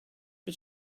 but